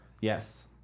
Yes